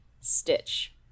stitch